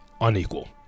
unequal